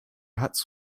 huts